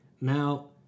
Now